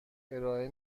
ارائه